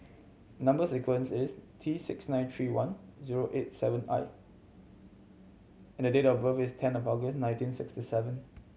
number sequence is T six nine three one zero eight seven I and the date of birth is ten of August nineteen sixty seven